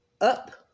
up